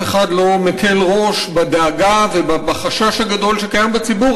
אף אחד לא מקל ראש בדאגה ובחשש הגדול שקיימים בציבור.